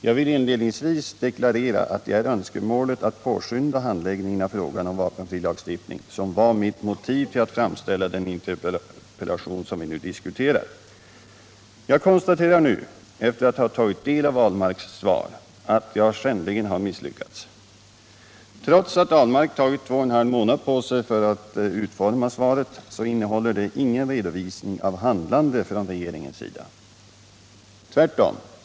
Jag vill inledningsvis deklarera att önskemålet att påskynda handläggningen av frågan om vapenfrilagstiftning var mitt motiv till att framställa den interpellation som vi nu diskuterar. Jag konstaterar, efter att ha tagit del av Per Ahlmarks svar, att jag skändligen har misslyckats. Trots att Per Ahlmark tagit två och en halv månad på sig för att utforma svaret, så innehåller det ingen redovisning av handlandet från regeringens sida — tvärtom.